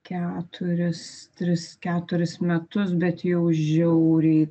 keturis tris keturis metus bet jau žiauriai